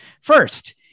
First